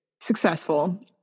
Successful